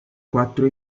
quattro